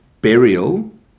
burial